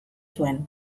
zuen